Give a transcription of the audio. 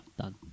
Done